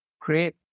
great